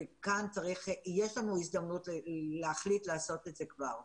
וכאן יש לנו הזדמנות להחליט לעשות את זה כבר עכשיו.